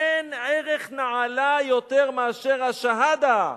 אין ערך נעלה יותר מאשר ה"שהדה",